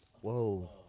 Whoa